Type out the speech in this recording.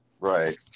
Right